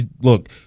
Look